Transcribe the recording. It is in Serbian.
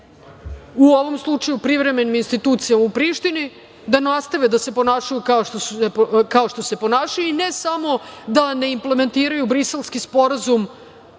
u ovom slučaju privremenim institucijama u Prištini da nastave da se ponašaju kao što se ponašaju i ne samo da ne implementiraju Briselski sporazum